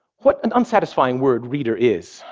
what an unsatisfying word reader is.